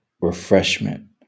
refreshment